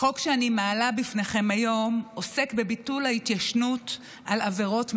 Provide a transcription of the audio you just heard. החוק שאני מעלה בפניכם היום עוסק בביטול ההתיישנות על עבירות מין,